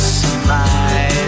smile